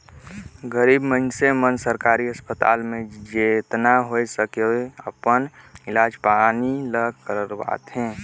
गरीब मइनसे मन सरकारी अस्पताल में जेतना होए सके अपन इलाज पानी ल करवाथें